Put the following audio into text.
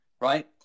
right